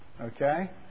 Okay